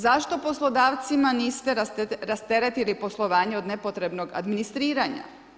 Zašto poslodavcima niste rasteretili poslovanje od nepotrebnog administriranja?